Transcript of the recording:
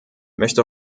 möchte